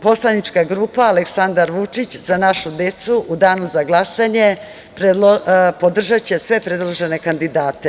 Poslanička grupa „Aleksandar Vučić – za našu decu“ u Danu za glasanje podržaće sve predložene kandidate.